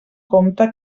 compte